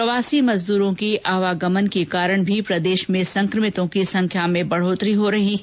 प्रवासी मजदूरों के आवागमन के कारण भी प्रदेश में संकमितों की संख्या में बढोतरी हो रही है